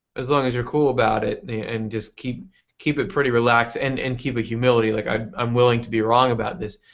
as long as your cool about it and just keep keep it pretty relaxed and and keep humility, like i'm i'm willing to be wrong about this,